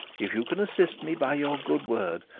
if you can assist me by your good word,